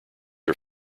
are